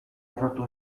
harrotu